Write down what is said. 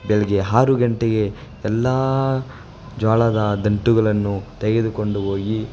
ಬೆಳಗ್ಗೆ ಆರು ಗಂಟೆಗೆ ಎಲ್ಲ ಜೋಳದ ದಂಟುಗಳನ್ನು ತೆಗೆದುಕೊಂಡು ಹೋಗಿ